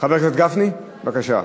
חבר הכנסת גפני, בבקשה.